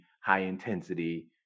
high-intensity